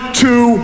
two